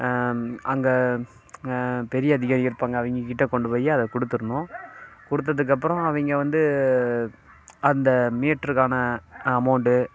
அங்கே பெரிய அதிகாரிகள் இருப்பாங்க அவங்ககிட்ட கொண்டு போய் அதை குடுத்துடணும் கொடுத்ததுக்கு அப்புறம் அவங்க வந்து அந்த மீட்ருக்கான அமௌண்டு